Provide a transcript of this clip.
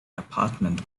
apartment